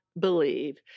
believe